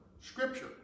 Scripture